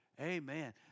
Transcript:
Amen